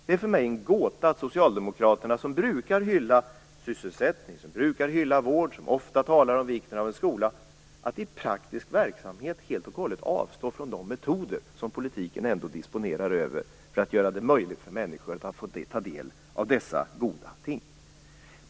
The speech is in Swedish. Det är för mig en gåta att Socialdemokraterna, som brukar hylla sysselsättning och vård och ofta talar om vikten av skolan, i praktisk verksamhet helt och hållet avstår från de metoder som politiken ändå disponerar över för att göra det möjligt för människor att ta del av dessa goda ting.